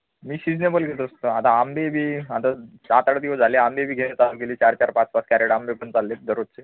मी seasonable घेत असतो आता आंबे बी आता सात आठ दिवस झाले आंबे बी घेणं चालू केलं आहे चार चार पाच पाच कॅरेट आंबे पण चालले दररोजचे